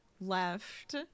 left